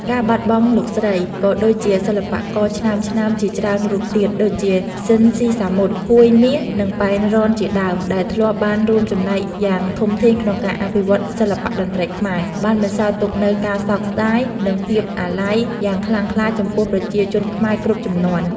ការបាត់បង់លោកស្រី ក៏ដូចជាសិល្បករឆ្នើមៗជាច្រើនរូបទៀត ដូចជា ស៊ីន ស៊ីសាមុត ហួយមាស និង ប៉ែនរ៉ន ជាដើម ដែលធ្លាប់បានរួមចំណែកយ៉ាងធំធេងក្នុងការអភិវឌ្ឍសិល្បៈតន្ត្រីខ្មែរ បានបន្សល់ទុកនូវ ការសោកស្ដាយ និង ភាពអាល័យ យ៉ាងខ្លាំងក្លាចំពោះប្រជាជនខ្មែរគ្រប់ជំនាន់។